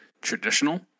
traditional